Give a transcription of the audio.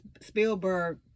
Spielberg